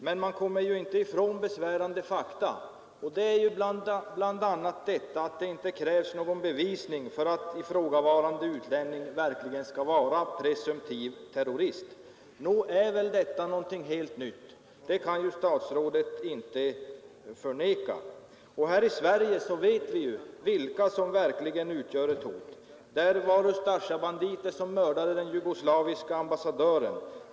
Men man kommer ju inte ifrån besvärande fakta, och dit hör bl.a. detta att det inte krävs någon bevisning för att ifrågavarande utlänning verkligen skall anses vara presumtiv terrorist. Nog är väl detta något helt nytt. Det kan statsrådet inte förneka. Här i Sverige vet vi vilka som verkligen utgör ett hot. Det var Ustasja-banditer som mördade den jugoslaviske ambassadören.